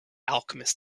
alchemist